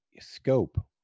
scope